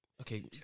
Okay